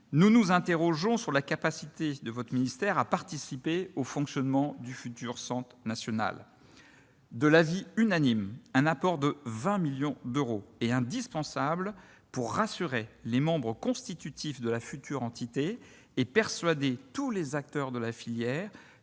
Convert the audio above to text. nous nous interrogeons sur la capacité de votre ministère à participer au fonctionnement du futur centre national. De l'avis unanime, un apport de 20 millions d'euros est indispensable pour rassurer les membres constitutifs de la future entité et persuader tous les acteurs de la filière